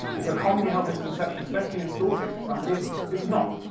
it's a commonly held misconception, especially in schoolkids, for some reason. it's not.